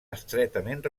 estretament